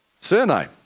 Surname